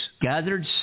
gathered